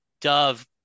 dove